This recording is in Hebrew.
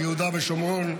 ביהודה ושומרון,